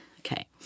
Okay